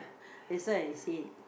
that's why I said